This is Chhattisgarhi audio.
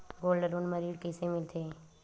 गोल्ड लोन म ऋण कइसे मिलथे?